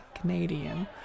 canadian